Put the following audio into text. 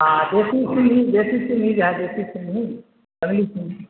ہاں دیسی سنگھی دیسی سنگھی یا دیسی سنگھنی سنگھنی